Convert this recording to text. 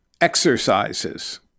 exercises